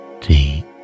deep